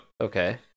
Okay